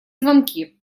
звонки